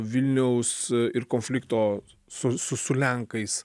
vilniaus ir konflikto su su su lenkais